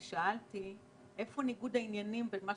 ושאלתי איפה ניגוד העניינים בין מה